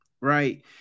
Right